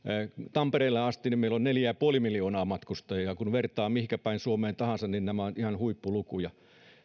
tampereelle asti meillä on neljä pilkku viisi miljoonaa matkustajaa ja kun vertaa mihinkä päin suomea tahansa niin nämä ovat ihan huippulukuja